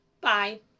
Bye